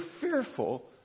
fearful